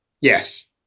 Yes